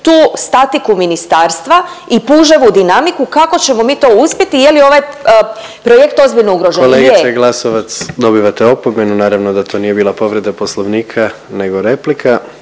tu statiku ministarstva i puževu dinamiku kako ćemo mi to uspjeti. Je li ovaj projekt ozbiljno ugrožen? Je. **Jandroković, Gordan (HDZ)** Kolegice Glasovac dobivate opomenu, naravno da to nije bila povreda Poslovnika nego replika.